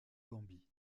gambie